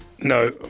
No